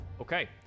Okay